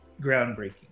groundbreaking